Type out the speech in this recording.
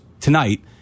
tonight